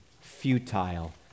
futile